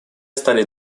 стали